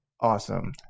awesome